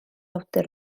awdur